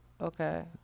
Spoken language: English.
Okay